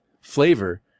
flavor